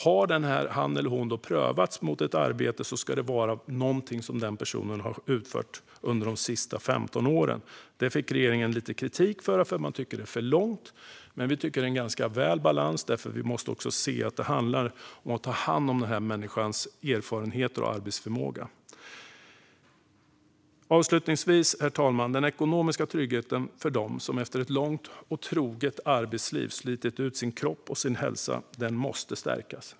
Har han eller hon prövats mot ett arbete ska det vara någonting som den personen utfört under de sista 15 åren. Detta fick regeringen lite kritik för; man tycker att det är för långt. Men vi tycker att det är en ganska god balans, för man måste också se att det handlar om att ta hand om den här människans erfarenheter och arbetsförmåga. Herr talman! Den ekonomiska tryggheten för den som under ett långt och troget arbetsliv har slitit ut sin kropp och sin hälsa måste stärkas.